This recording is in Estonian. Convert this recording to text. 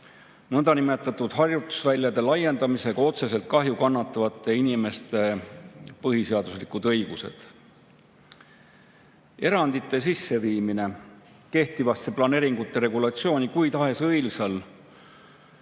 nõndanimetatud harjutusväljade laiendamise tõttu otseselt kahju kannatavate inimeste põhiseaduslikud õigused? Erandite sisseviimine kehtivasse planeeringute regulatsiooni kui tahes õilsal